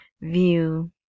view